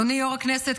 אדוני יושב-ראש הכנסת,